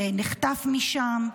ונחטף משם,